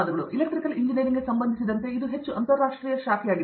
electrical ಇಂಜಿನಿಯರಿಂಗ್ಗೆ ಸಂಬಂಧಿಸಿದಂತೆ ಇದು ಹೆಚ್ಚು ಅಂತಾರಾಷ್ಟ್ರೀಯ ಶಾಖೆಯಾಗಿದೆ